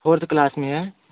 fourth class में है